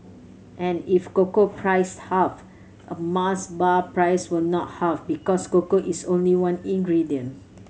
and if cocoa prices halved a Mars bar price will not halve because cocoa is only one ingredient